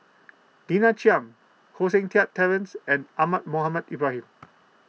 Lina Chiam Koh Seng Kiat Terence and Ahmad Mohamed Ibrahim